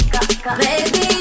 Baby